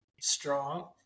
strong